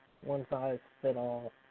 one-size-fit-all